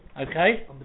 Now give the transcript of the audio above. Okay